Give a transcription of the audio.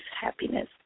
happiness